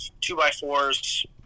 two-by-fours